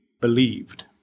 believed